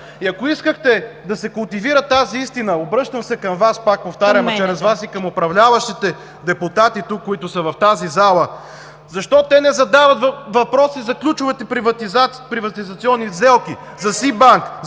И ако искахте да се култивира тази истина, обръщам се към Вас, пак повтарям, а чрез Вас и към управляващите депутати, които са в тази зала, защо те не задават въпроси за ключовите приватизационни сделки, за СИБАНК,